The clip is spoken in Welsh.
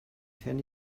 phen